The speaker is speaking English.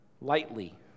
lightly